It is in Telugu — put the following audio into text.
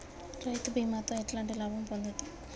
రైతు బీమాతో ఎట్లాంటి లాభం పొందుతం?